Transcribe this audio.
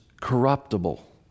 corruptible